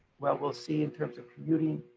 we'll we'll see in terms of commuting,